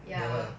ya